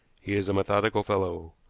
he is a methodical fellow.